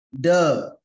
Duh